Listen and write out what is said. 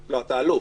לא, אתה אלוף...